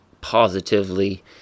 positively